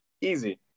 easy